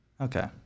Okay